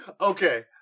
Okay